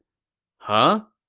huh?